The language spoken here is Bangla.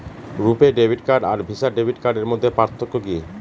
রূপে ডেবিট কার্ড আর ভিসা ডেবিট কার্ডের মধ্যে পার্থক্য কি?